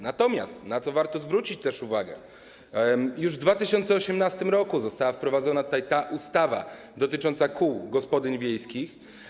Natomiast, na co warto zwrócić też uwagę, już w 2018 r. została wprowadzona ustawa dotycząca kół gospodyń wiejskich.